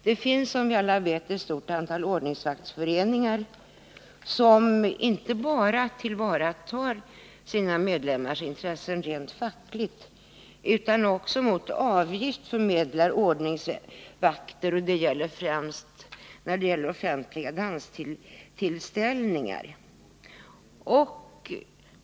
Det finns som vi alla vet ett stort antal ordningsvaktsföreningar, som inte bara tillvaratar medlemmarnas intressen rent fackligt utan också mot avgift förmedlar ordningsvakter till främst anordnare av offentliga danstillställningar.